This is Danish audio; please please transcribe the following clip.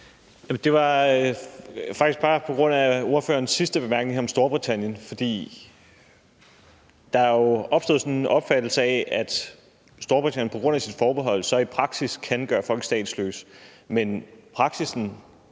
Det er faktisk bare på grund af ordførerens sidste bemærkning om Storbritannien, for der er jo opstået sådan en opfattelse af, at Storbritannien på grund af sit forbehold i praksis kan gøre folk statsløse. Men praksis